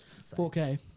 4K